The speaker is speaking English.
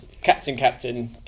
captain-captain